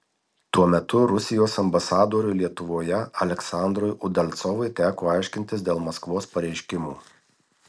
tuo metu rusijos ambasadoriui lietuvoje aleksandrui udalcovui teko aiškintis dėl maskvos pareiškimų